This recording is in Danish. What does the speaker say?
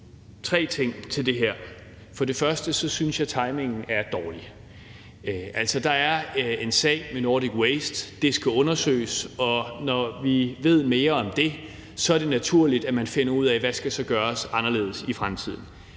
tre ting til det her. For det første synes jeg, timingen er dårlig. Altså, der er en sag med Nordic Waste. Det skal undersøges, og når vi ved mere om det, er det naturligt, at man finder ud af, hvad der så skal gøres anderledes i fremtiden.